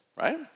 right